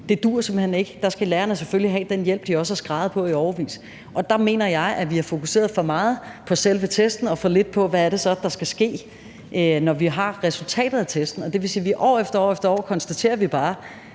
Det duer simpelt hen ikke. Der skal lærerne selvfølgelig have den hjælp, de også har skreget på i årevis. Der mener jeg, at vi har fokuseret for meget på selve testene og for lidt på, hvad der skal ske, når vi har resultatet af testene. År efter år konstaterer vi bare